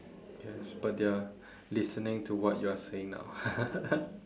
yes but they are listening to what you are saying now